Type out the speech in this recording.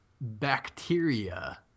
bacteria